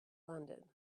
london